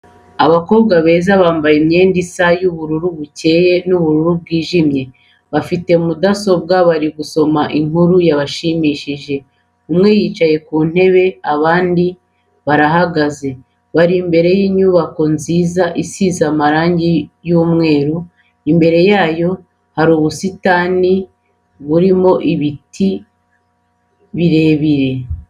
Abakobwa beza bambaye imyenda isa y'ubururu bucyeye n'ubururu bwijimye, bafite mudasobwa bari gusoma inkuru yabashimishije , umwe yicaye mu ntebe abandi barahagaze, bari imbere y'inybako nziza isize amarangi y'umweru imbere yayo hari ubusitani burimo ibiti birebire.